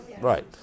Right